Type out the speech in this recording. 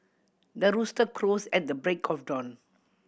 the rooster crows at the break of dawn